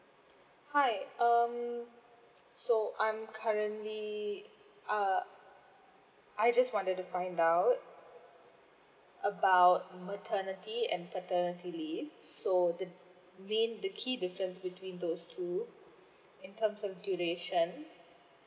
hi um so I'm currently uh I just wanted to find out about maternity and paternity leave so the main the key difference between those two in terms of duration